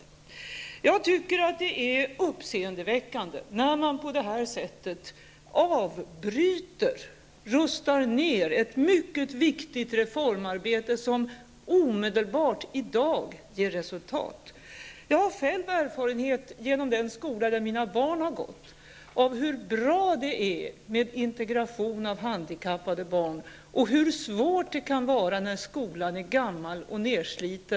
Enligt min uppfattning är det uppseendeväckande när man på det här sättet avbryter, rustar ner, ett mycket viktigt reformarbete som omedelbart, i dag, ger resultat. Genom den skola där mina barn har gått har jag själv erfarenhet av hur bra det är med integration av handikappade barn och hur svårt en sådan integration kan vara när skolan är gammal och nersliten.